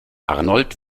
arnold